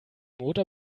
motor